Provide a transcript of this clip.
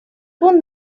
punt